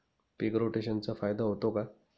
पीक रोटेशनचा फायदा होतो का?